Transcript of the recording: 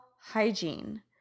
hygiene